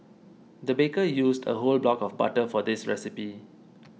the baker used a whole block of butter for this recipe